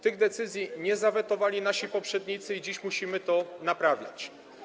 Tych decyzji nie zawetowali nasi poprzednicy i dziś musimy to naprawiać.